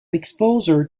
exposure